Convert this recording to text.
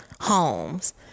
homes